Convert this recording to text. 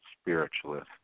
spiritualist